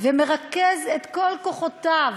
ומרכז את כל כוחותיו